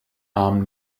arm